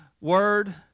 Word